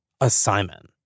assignment